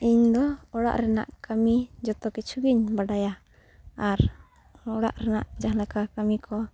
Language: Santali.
ᱤᱧ ᱫᱚ ᱚᱲᱟᱜ ᱨᱮᱱᱟᱜ ᱠᱟᱹᱢᱤ ᱡᱚᱛᱚ ᱠᱤᱪᱷᱩ ᱜᱤᱧ ᱵᱟᱰᱟᱭᱟ ᱟᱨ ᱚᱲᱟᱜ ᱨᱮᱱᱟᱜ ᱡᱟᱦᱟᱸ ᱞᱮᱠᱟ ᱠᱟᱹᱢᱤ ᱠᱚ